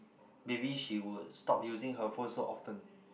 maybe she would stop using her phone so often